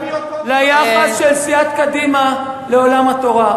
ליחס של סיעת קדימה לעולם התורה.